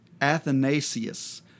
Athanasius